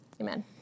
Amen